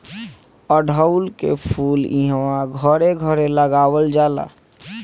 अढ़उल के फूल इहां घरे घरे लगावल जाला